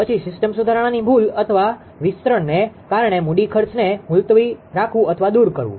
પછી સિસ્ટમ સુધારણાની ભૂલ અથવા વિસ્તરણને કારણે મૂડી ખર્ચને મુલતવી રાખવું અથવા દૂર કરવું